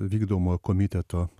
vykdomo komiteto